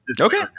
Okay